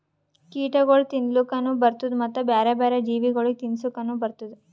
ಕೀಟಗೊಳ್ ತಿನ್ಲುಕನು ಬರ್ತ್ತುದ ಮತ್ತ ಬ್ಯಾರೆ ಬ್ಯಾರೆ ಜೀವಿಗೊಳಿಗ್ ತಿನ್ಸುಕನು ಬರ್ತ್ತುದ